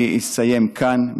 אני אסיים כאן.